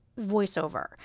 voiceover